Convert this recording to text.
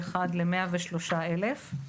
לאחד ל-103 אלף.